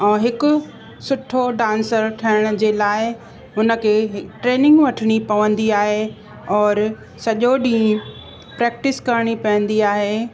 ऐं हिकु सुठो डांसर ठहिण जे लाइ हुनखे ट्रेनिंग वठिणी पवंदी आहे और सॼो ॾींहुं प्रेक्टिस करिणी पवंदी आहे